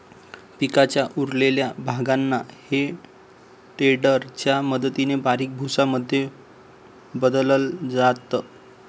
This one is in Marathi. पिकाच्या उरलेल्या भागांना हे टेडर च्या मदतीने बारीक भुसा मध्ये बदलल जात